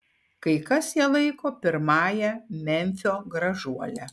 kai kas ją laiko pirmąja memfio gražuole